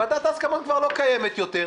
ועדת ההסכמות כבר לא קיימת יותר.